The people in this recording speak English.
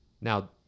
now